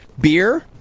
beer